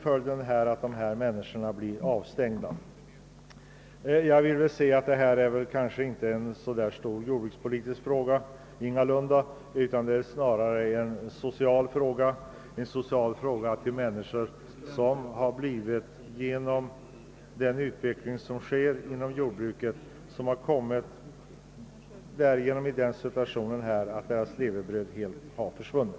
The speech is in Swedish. Följden blir att dessa mjölkproducenter blir avstängda från transporterna. Det rör sig som sagt inte om någon särskilt stor jordbrukspolitisk fråga utan snarare om en social fråga för människor som på grund av den utveckling som sker inom jordbruket riskerar att deras levebröd helt försvinner.